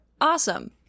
awesome